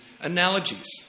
analogies